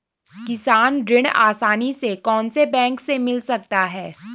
किसान ऋण आसानी से कौनसे बैंक से मिल सकता है?